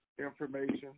information